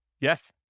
Yes